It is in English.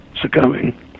succumbing